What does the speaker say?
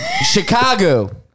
Chicago